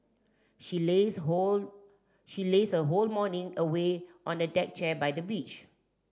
she lazed whole she lazed her whole morning away on a deck chair by the beach